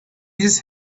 his